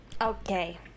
Okay